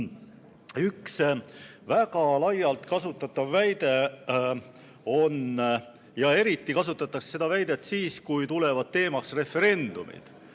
Üks väga laialt kasutatav väide on see – eriti kasutatakse seda väidet siis, kui tulevad teemaks referendumid